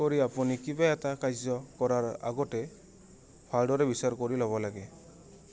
কৰি আপুনি কিবা এটা কাৰ্য কৰাৰ আগতে ভালদৰে বিচাৰ কৰি ল'ব লাগে